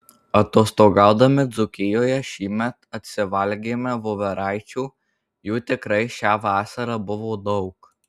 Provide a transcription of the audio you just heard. atostogaudami dzūkijoje šįmet atsivalgėme voveraičių jų tikrai šią vasarą buvo daug